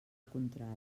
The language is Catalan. contrada